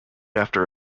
after